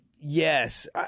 Yes